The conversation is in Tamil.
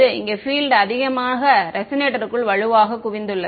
இங்கே பீல்ட் அதிகமக ரெசனேட்டருக்குள் வலுவாக குவிந்துள்ளது